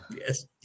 Yes